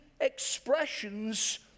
expressions